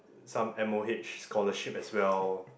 some M_O_H scholarship as well